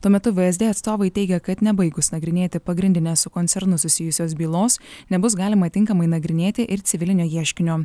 tuo metu vsd atstovai teigė kad nebaigus nagrinėti pagrindines su koncernu susijusios bylos nebus galima tinkamai nagrinėti ir civilinio ieškinio